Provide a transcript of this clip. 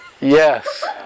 Yes